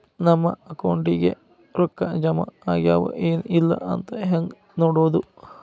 ನಮ್ಮ ಅಕೌಂಟಿಗೆ ರೊಕ್ಕ ಜಮಾ ಆಗ್ಯಾವ ಏನ್ ಇಲ್ಲ ಅಂತ ಹೆಂಗ್ ನೋಡೋದು?